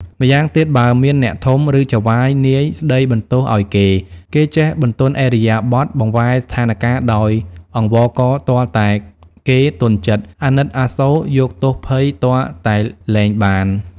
ម្យ៉ាងទៀត បើមានអ្នកធំ ឬចៅហ្វាយនាយស្ដីបន្ទោសឲ្យគេ គេចេះបន្ទន់ឥរិយាបថ បង្វែរស្ថានការណ៍ដោយអង្វរកទាល់តែគេទន់ចិត្តអាណិតអាសូរ យកទោសភ័យទាល់តែលែងបាន។